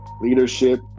leadership